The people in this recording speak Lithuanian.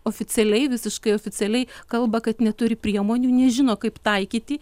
oficialiai visiškai oficialiai kalba kad neturi priemonių nežino kaip taikyti